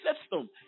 system